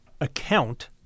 account